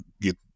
get